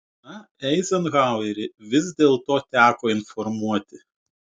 na eizenhauerį vis dėlto teko informuoti